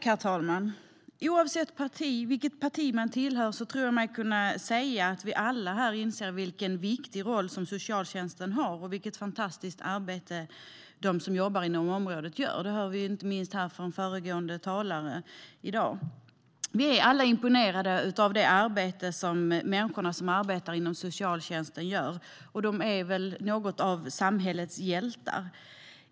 Herr talman! Oavsett vilket parti man tillhör så tror jag mig kunna säga att vi alla här inser vilken viktig roll som socialtjänsten har och vilket fantastiskt arbete de som jobbar inom området gör. Det hörde vi inte minst i dag från föregående talare. Vi är alla imponerade av det arbete som människor som arbetar inom socialtjänsten gör. De är väl något av samhällets hjältar.